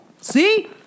See